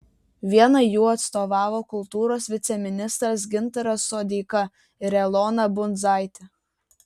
vienai jų atstovavo kultūros viceministras gintaras sodeika ir elona bundzaitė